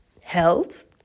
Health